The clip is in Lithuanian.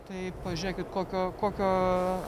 tai pažiūrėkit kokio kokio